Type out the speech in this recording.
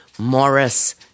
Morris